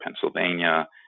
Pennsylvania